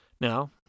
Now